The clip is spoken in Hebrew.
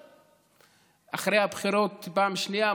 אחרי הבחירות בפעם שנייה,